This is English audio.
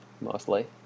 Mostly